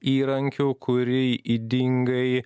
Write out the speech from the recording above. įrankiu kurį ydingai